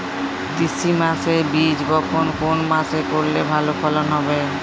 তিসি চাষের বীজ বপন কোন মাসে করলে ভালো ফলন হবে?